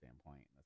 standpoint